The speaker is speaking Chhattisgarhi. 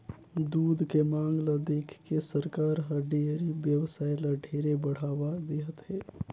दूद के मांग ल देखके सरकार हर डेयरी बेवसाय ल ढेरे बढ़ावा देहत हे